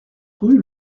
rue